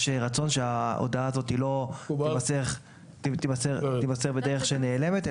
יש רצון שההודעה הזאת לא תימסר בדרך שנעלמת,